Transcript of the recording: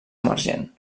emergent